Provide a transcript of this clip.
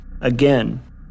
again